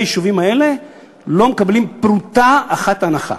היישובים האלה לא מקבלים פרוטה אחת הנחה.